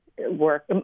work